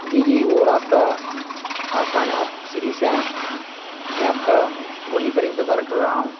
جی جی وہ راستہ آسان ہے آپ سیڑھی سے آئیں میں آپ کا ویں پر انتظار کر رہا ہوں